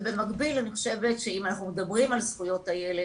ובמקביל אני חושבת שאם אנחנו מדברים על זכויות הילד,